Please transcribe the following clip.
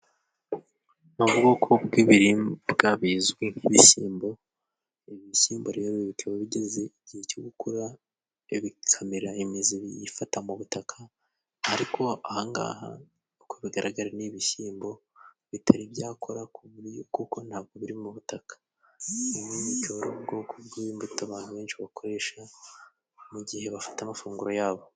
N'ubwoko bw'ibiribwa bizwi nk'ibishyimbo, ibishyimbo rero bikaba bigeze igihe cyo gu gukura bikamera imizi biyifata mu butaka, ariko ahangaha uko bigaragara n'ibishyimbo bitari byakura ku buryo, kuko ntabwo biri mu butaka. Ni ubwoko bw'imbuto abantu benshi bakoresha mu gihe bafata amafunguro yabo.